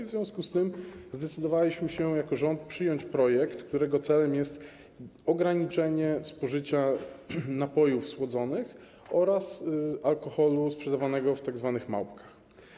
W związku z tym zdecydowaliśmy się jako rząd przyjąć projekt, którego celem jest ograniczenie spożycia napojów słodzonych oraz alkoholu sprzedawanego w tzw. małpkach.